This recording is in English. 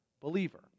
believer